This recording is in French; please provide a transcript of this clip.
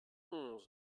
onze